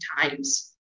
times